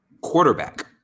Quarterback